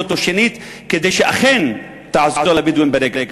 אותו שנית כדי שאכן תעזור לבדואים בנגב.